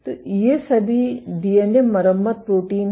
तो ये सभी डीएनए मरम्मत प्रोटीन हैं